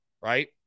right